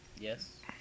Yes